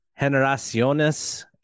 generaciones